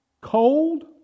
cold